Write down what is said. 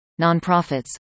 nonprofits